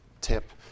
tip